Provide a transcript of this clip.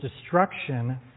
destruction